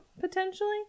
potentially